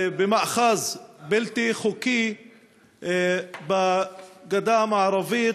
במאחז בלתי חוקי בגדה המערבית,